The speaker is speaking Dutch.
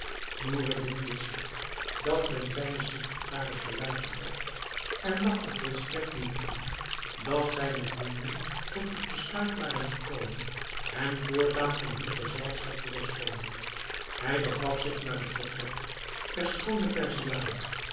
noureddin wist niet dat men zijnen secretaris beluisterd had en dacht er volstrekt niet aan dat zijne vrienden tot het besluit waren gekomen hem voortaan van hun gezelschap te verschoonen hij begaf zich naar het vertrek der schoone